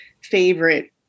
favorite